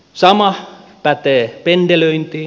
sama pätee pendelöintiin